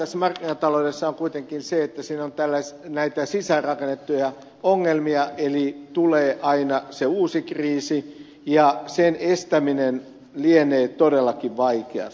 ongelma markkinataloudessa on kuitenkin se että siinä on näitä sisään rakennettuja ongelmia eli tulee aina se uusi kriisi ja sen estäminen lienee todellakin vaikeaa